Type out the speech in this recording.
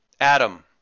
Adam